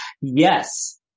Yes